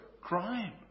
crime